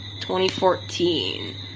2014